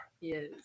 Yes